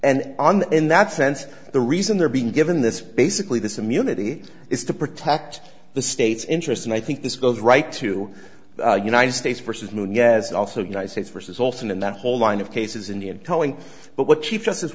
and in that sense the reason they're being given this basically this immunity is to protect the state's interests and i think this is right to united states versus moon yaz also united states versus olson in that whole line of cases indian telling but what chief justice